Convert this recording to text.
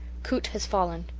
kut has fallen.